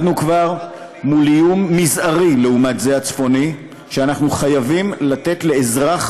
כבר למדנו מול איום מזערי לעומת זה הצפוני שאנחנו חייבים לתת לאזרח